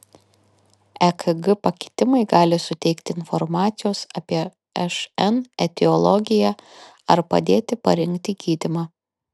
ekg pakitimai gali suteikti informacijos apie šn etiologiją ar padėti parinkti gydymą